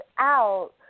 out